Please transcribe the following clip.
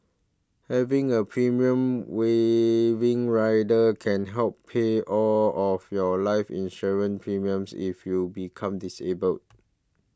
having a premium waiving rider can help pay all of your life insurance premiums if you become disabled